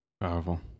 Powerful